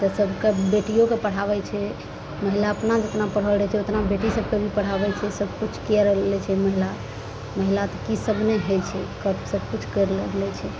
तऽ सबके बेटियोके पढ़ाबय छै महिला अपना जितना पढ़ल रहय छै उतना बेटी सबके भी पढ़ाबय छै सबकिछु केयर आर लै छै महिला महिलाके की सब नहि हइ छै कष्टसँ किछु कर उर लै छै